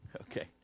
Okay